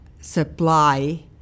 supply